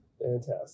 fantastic